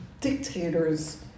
Dictators